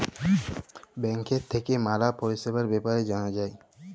ব্যাংকের থাক্যে ম্যালা পরিষেবার বেপার জালা যায়